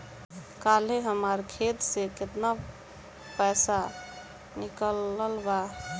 काल्हे हमार खाता से केतना पैसा निकलल बा?